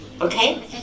Okay